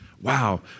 Wow